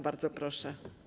Bardzo proszę.